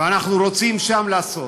ואנחנו רוצים שם לעשות.